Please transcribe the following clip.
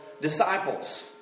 disciples